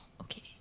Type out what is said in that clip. okay